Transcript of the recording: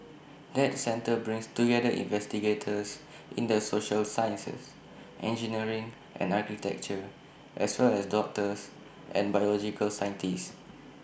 that centre brings together investigators in the social sciences engineering and architecture as well as doctors and biological scientists